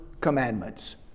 commandments